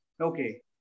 Okay